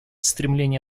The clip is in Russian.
стремление